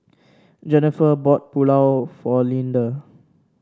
Jenifer bought Pulao for Leander